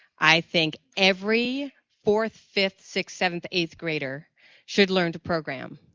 i think every fourth, fifth, sixth, seventh, eighth grader should learn to program,